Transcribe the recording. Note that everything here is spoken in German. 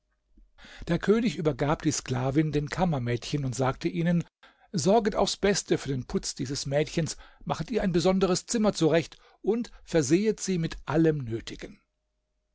der könig übergab die sklavin den kammermädchen und sagte ihnen sorget aufs beste für den putz dieses mädchens machet ihr ein besonderes zimmer zurecht und versehet sie mit allem nötigen